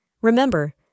Remember